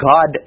God